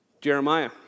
Jeremiah